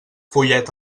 follet